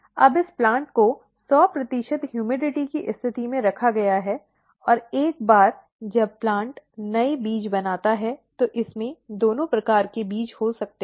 अब इस प्लांट को 100 ह्यूमिडटी की स्थिति में रखा गया है और एक बार जब प्लांट नए बीज बनाता है तो इसमें दोनों प्रकार के बीज हो सकते हैं